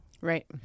right